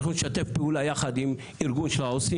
אנחנו נשתף פעולה יחד עם הארגון של העובדות